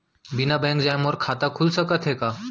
बिना बैंक जाए मोर खाता खुल सकथे का?